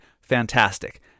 fantastic